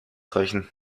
reichen